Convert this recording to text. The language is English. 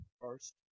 first